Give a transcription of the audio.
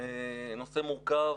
נושא מורכב.